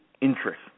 interest